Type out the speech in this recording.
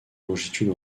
longitude